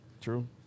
True